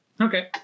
okay